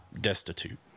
destitute